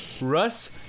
russ